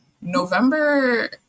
November